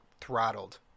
throttled